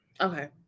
Okay